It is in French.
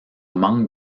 manque